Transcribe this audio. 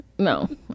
No